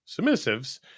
submissives